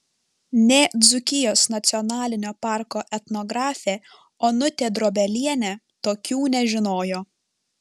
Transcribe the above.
nė dzūkijos nacionalinio parko etnografė onutė drobelienė tokių nežinojo